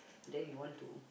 then you want to